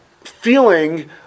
feeling